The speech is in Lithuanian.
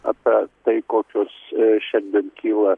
apie tai kokios šiandien kyla